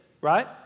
right